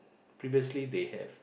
previously they have